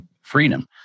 freedom